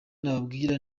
nababwira